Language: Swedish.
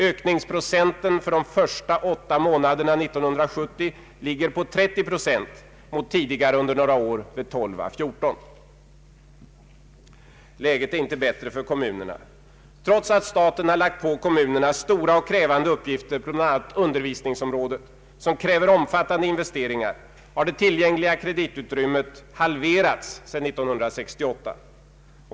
Ökningsprocenten för de åtta första månaderna 1970 ligger på 30 procent mot tidigare under några år 12 å 14 procent. Läget är inte bättre för kommunerna. Trots att staten lagt på kommunerna stora och krävande uppgifter på bl.a. undervisningsområdet, vilka kräver omfattande investeringar, har det tillgängliga kreditutrymmet halverats sedan 1968.